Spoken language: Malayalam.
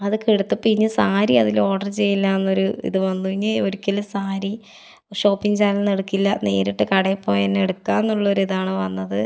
അതു കൊടുത്തപ്പോൾ ഇനി സാരി അതിൽ ഓഡർ ചെയ്യില്ലാന്നൊരു ഇതുവന്നു ഇനി ഒരിക്കലും സാരി ഷോപ്പിങ്ങ് ചാനലിൽ നിന്ന് എടുക്കില്ല നേരിട്ട് കടയിൽ പോയി തന്നെ എടുക്കുകാന്നുള്ളൊരു ഇതാണ് വന്നത്